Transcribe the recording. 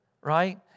right